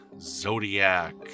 Zodiac